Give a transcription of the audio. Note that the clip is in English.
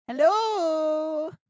Hello